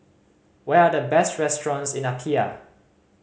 what are the best restaurants in Apia